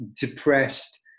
depressed